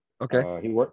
Okay